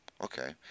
okay